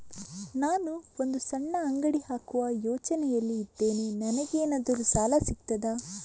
ನಾನು ಒಂದು ಸಣ್ಣ ಅಂಗಡಿ ಹಾಕುವ ಯೋಚನೆಯಲ್ಲಿ ಇದ್ದೇನೆ, ನನಗೇನಾದರೂ ಸಾಲ ಸಿಗ್ತದಾ?